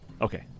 Okay